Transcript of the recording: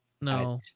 no